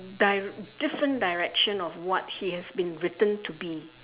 dir~ different direction of what he has been written to be